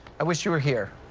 i wish you were here.